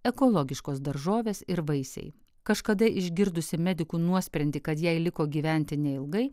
ekologiškos daržovės ir vaisiai kažkada išgirdusi medikų nuosprendį kad jai liko gyventi neilgai